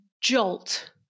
jolt